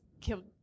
killed